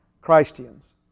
Christians